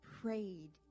prayed